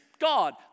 God